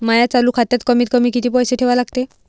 माया चालू खात्यात कमीत कमी किती पैसे ठेवा लागते?